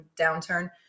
downturn